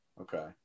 Okay